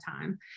time